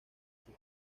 sus